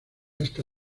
esta